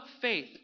faith